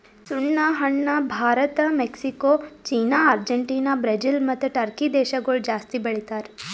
ಸುಣ್ಣ ಹಣ್ಣ Bharat, Mexico, China, Argentina, Brazil ಮತ್ತ ಟರ್ಕಿ ದೇಶಗೊಳ್ ಜಾಸ್ತಿ ಬೆಳಿತಾರ್